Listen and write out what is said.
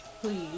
please